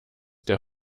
der